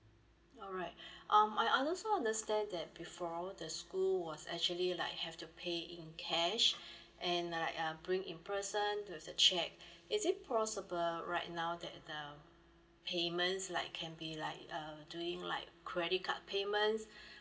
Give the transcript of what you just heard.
alright um I also understand that before all the school was actually like have to pay in cash and like uh bring in person with the check is it possible right now the um payments like can be like uh doing like credit card payment